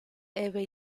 ebbe